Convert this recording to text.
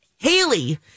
Haley